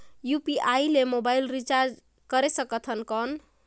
UPI ले mobile recharge करे सकथन कौन?